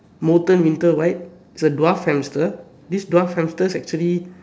molten winter white it was a dwarf hamster this dwarf hamsters actually